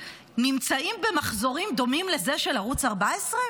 נמצאים במחזורים דומים לזה של ערוץ 14?